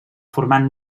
formant